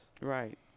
Right